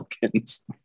Falcons